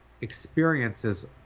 experiences